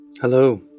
Hello